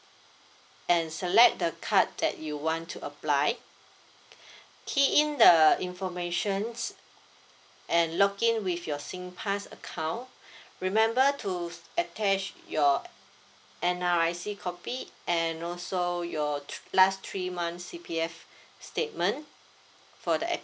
and select the card that you want to apply key in the informations and log in with your singpass account remember to attach your N_R_I_C copy and also your th~ last three months C_P_F statement for the